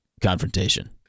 confrontation